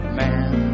man